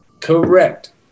Correct